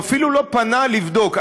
הוא אפילו לא פנה לבדוק.